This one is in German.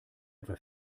etwa